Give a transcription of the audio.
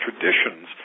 traditions